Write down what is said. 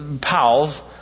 pals